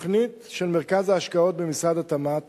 תוכנית של מרכז ההשקעות במשרד התמ"ת